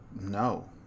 no